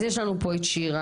אז יש לנו פה את שירה,